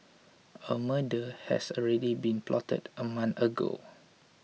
a murder has already been plotted a month ago